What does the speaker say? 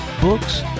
books